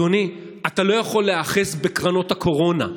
אדוני, אתה לא יכול להיאחז בקרנות הקורונה.